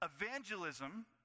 evangelism